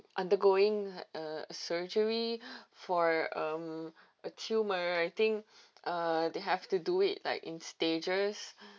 undergoing uh surgery for um until my I think uh they have to do it like in stages